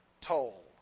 toll